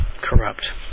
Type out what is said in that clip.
corrupt